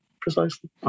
precisely